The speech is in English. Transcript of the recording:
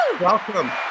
Welcome